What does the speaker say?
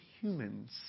humans